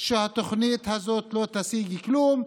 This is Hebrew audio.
שהתוכנית הזאת לא תשיג כלום,